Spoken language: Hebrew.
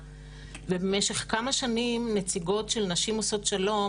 ובמשך כמה שנים נציגות של נשים עושות שלום,